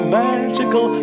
magical